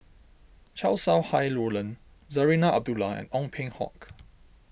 Chow Sau Hai Roland Zarinah Abdullah and Ong Peng Hock